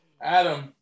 Adam